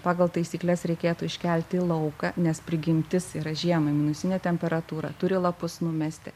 pagal taisykles reikėtų iškelti į lauką nes prigimtis yra žiemą minusinė temperatūra turi lapus numesti